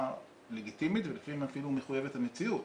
לגיטימית ולפעמים אפילו מחויבת המציאות,